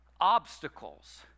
Obstacles